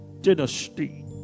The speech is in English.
dynasty